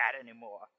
anymore